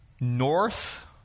North